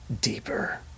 Deeper